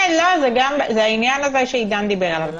כן, זה העניין הזה שעידן דיבר עליו.